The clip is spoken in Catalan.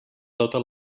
tota